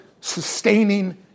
sustaining